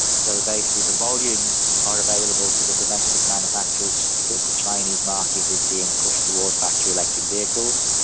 so basically the volumes are available to the domestic manufacturers because the chinese market is being pushed towards battery electric vehicles.